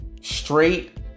straight